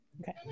Okay